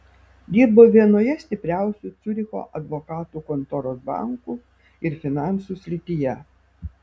dirbo vienoje stipriausių ciuricho advokatų kontorų bankų ir finansų srityje